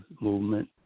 movement